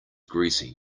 greasy